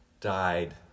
died